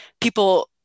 people